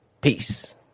Peace